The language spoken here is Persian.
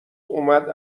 اومد